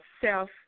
self